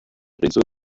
réseau